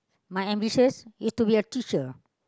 my ambitions you have to be a teacher